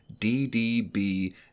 DDB